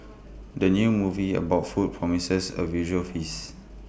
the new movie about food promises A visual feast